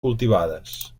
cultivades